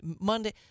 Monday